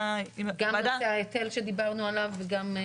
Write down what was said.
גם נושא ההיטל שדיברנו עליו וגם ---?